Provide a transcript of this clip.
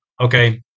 Okay